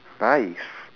nice